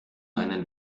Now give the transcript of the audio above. einen